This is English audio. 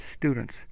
students